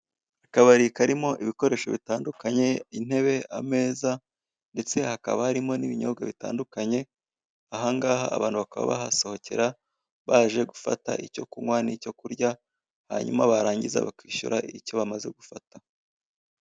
Akabari karimo ibikoresho bitandukanye intebe ameza ndetse hakaba harimo n'ibinyobwa bitandukanye, ahangaha abantu bakaba bahasohokera baje gufata icyo kunkwa n'icyo kurya hanyuma barangiza bakishyura icyo bamaze gufata.